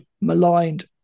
maligned